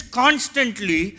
constantly